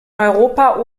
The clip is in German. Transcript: europa